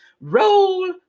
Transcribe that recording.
roll